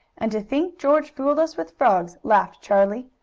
and to think george fooled us with frogs, laughed charlie.